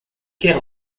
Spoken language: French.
ker